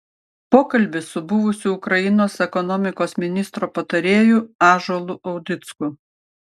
pokalbis su buvusiu ukrainos ekonomikos ministro patarėju ąžuolu audicku